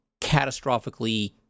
catastrophically